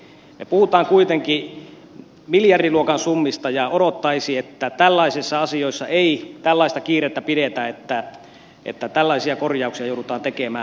me puhumme kuitenkin miljardiluokan summista ja odottaisi että tällaisissa asioissa ei tällaista kiirettä pidetä että tällaisia korjauksia joudutaan tekemään